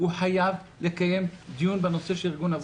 חייב לקיים דיון בנושא ארגון נפגעי עבודה.